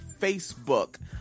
Facebook